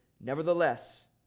Nevertheless